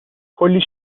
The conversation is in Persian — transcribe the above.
کلی